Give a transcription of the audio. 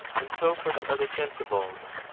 and so for the other sensibles.